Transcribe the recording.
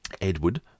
Edward